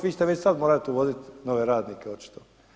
Vi ćete već sada morati uvoziti nove radnike, očito.